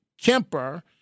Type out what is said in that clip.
Kemper